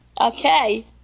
okay